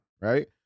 right